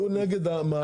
הוא נגד המהלך.